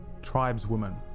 tribeswoman